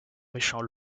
méchant